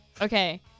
Okay